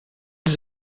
des